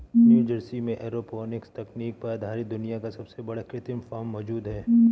New Jersey में aeroponics तकनीक पर आधारित दुनिया का सबसे बड़ा कृत्रिम फार्म मौजूद है